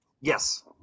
Yes